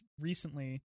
recently